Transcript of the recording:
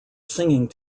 singing